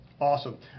Awesome